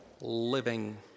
living